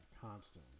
constantly